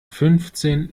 fünfzehn